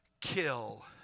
Kill